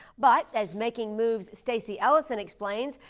but, as making moves stacey ellison explains,